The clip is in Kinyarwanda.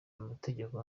amategeko